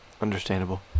understandable